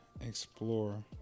explore